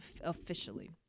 officially